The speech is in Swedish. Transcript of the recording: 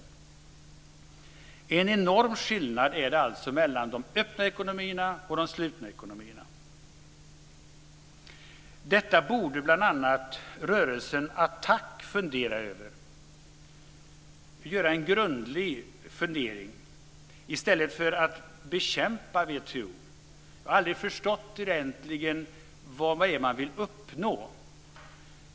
Det är alltså en enorm skillnad mellan de öppna ekonomierna och de slutna ekonomierna. Detta borde bl.a. rörelsen ATTAC fundera grundligt över i stället för att bekämpa WTO. Jag har egentligen aldrig förstått vad det är man vill uppnå.